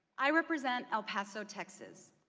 i represent el paso, texas.